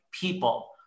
people